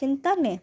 चिंता में